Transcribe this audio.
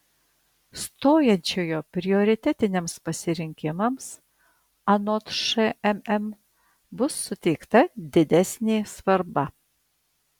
stojančiojo prioritetiniams pasirinkimams anot šmm bus suteikta didesnė svarba